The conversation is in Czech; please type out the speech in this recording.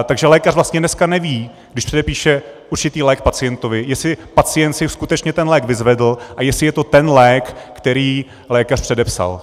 Takže lékař vlastně dneska neví, když předepíše určitý lék pacientovi, jestli pacient si skutečně ten lék vyzvedl a jestli je to ten lék, který lékař předepsal.